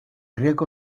riesgo